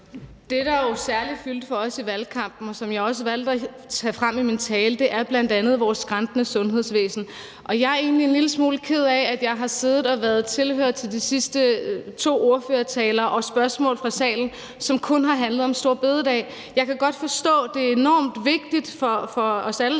Det, der jo særlig fyldte for os i valgkampen, og som jeg også valgte at tage frem i min tale, er bl.a. vores skrantende sundhedsvæsen. Jeg er egentlig en lille smule ked af, at jeg har siddet og været tilhører til de sidste to ordførertaler og spørgsmål fra salen, som kun har handlet om store bededag. Jeg kan godt forstå, at det er enormt vigtigt for os alle